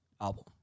album